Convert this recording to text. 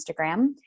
Instagram